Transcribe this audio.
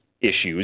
issues